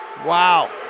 Wow